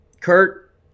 Kurt